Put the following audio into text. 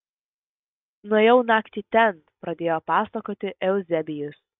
nuėjau naktį ten pradėjo pasakoti euzebijus